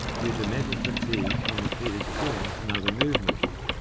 due to metal fatigue from repeated chewing and other movements.